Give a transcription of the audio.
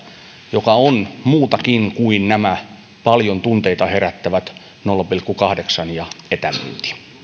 joka on muutakin kuin nämä paljon tunteita herättävät nolla pilkku kahdeksan ja etämyynti